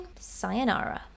Sayonara